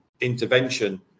intervention